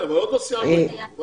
אני